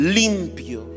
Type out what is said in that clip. limpio